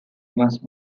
must